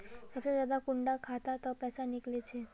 सबसे ज्यादा कुंडा खाता त पैसा निकले छे?